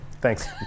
thanks